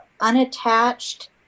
unattached